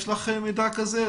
יש לך מידע כזה?